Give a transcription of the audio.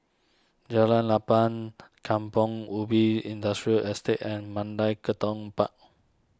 Jalan Lapang Kampong Ubi Industrial Estate and Mandai Tekong Park